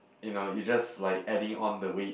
you know you just like adding on the weight